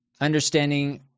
understanding